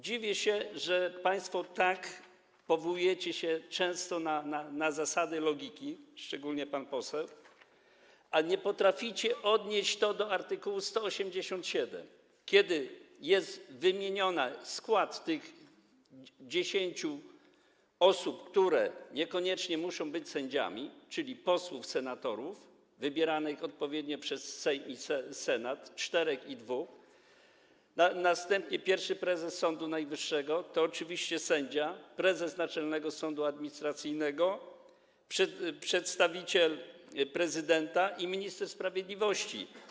Dziwię się, że państwo tak często powołujecie się na zasadę logiki, szczególnie pan poseł, a nie potraficie odnieść tego do art. 187, gdzie jest wymieniony skład, te 10 osób, które niekoniecznie muszą być sędziami, czyli mamy posłów i senatorów wybieranych odpowiednio przez Sejm i Senat, czterech i dwóch, następnie pierwszego prezesa Sądu Najwyższego - to oczywiście sędzia - prezesa Naczelnego Sądu Administracyjnego, przedstawicieli prezydenta i ministra sprawiedliwości.